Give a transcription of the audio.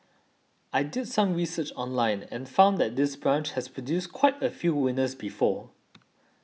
I did some research online and found that this branch has produced quite a few winners before